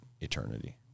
eternity